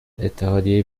اتحادیه